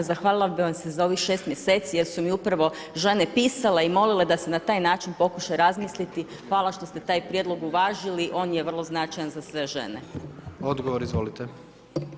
Zahvalila bih vam se za ovih 6 mjeseci jer su mi upravo žene pisale i molile da se na taj način pokuša razmisliti, hvala što ste taj prijedlog uvažili, on je vrlo značajan za sve žene.